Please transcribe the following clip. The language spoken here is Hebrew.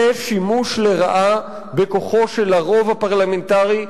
זה שימוש לרעה בכוחו של הרוב הפרלמנטרי,